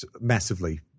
massively